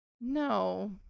No